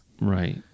right